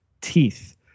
teeth